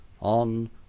On